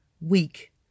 week